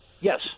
Yes